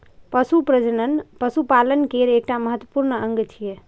पशु प्रजनन पशुपालन केर एकटा महत्वपूर्ण अंग छियै